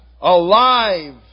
Alive